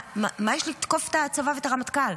מה יש לתקוף את הצבא ואת הרמטכ"ל?